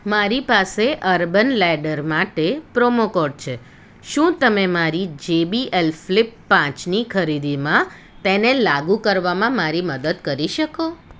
મારી પાસે Urban Ladder માટે પ્રોમો કોડ છે શું તમે મારી જેબીએલ ફ્લિપ પાંચની ખરીદીમાં તેને લાગુ કરવામાં મારી મદદ કરી શકો